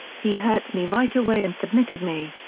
he hurt me right away and submitted me.